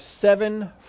seven